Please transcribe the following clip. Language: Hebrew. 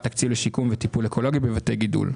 שיקום וטיפול אקולוגי בבתי גידול.